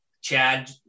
Chad